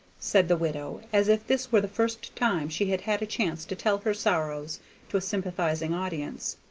said the widow, as if this were the first time she had had a chance to tell her sorrows to a sympathizing audience.